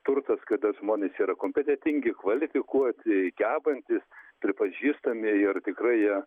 turtas kada žmonės yra kompetentingi kvalifikuoti gebantys pripažįstami ir tikrai jie